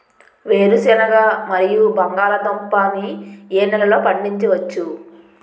వేరుసెనగ మరియు బంగాళదుంప ని ఏ నెలలో పండించ వచ్చు?